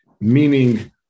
meaning